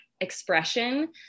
expression